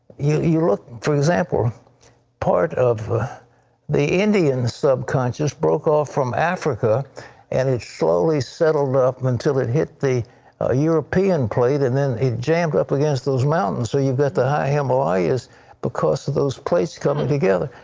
you you look for example part of the indian sub conscious broke off from africa and it slowly settled up until it hit the ah european plate and then it jammed up against those mountains. so you have but the high himalayas because of those plates coming together.